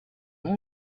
may